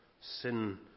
sin